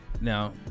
now